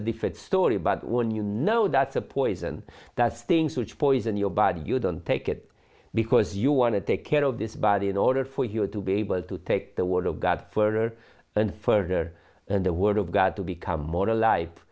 a different story but when you know that's a poison that stings which poison your body you don't take it because you want to take care of this body in order for you to be able to take the word of god for and further the word of god to become more